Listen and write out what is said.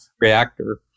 reactor